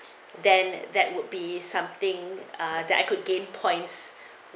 then that would be something that I could gain points